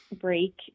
break